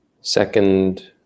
second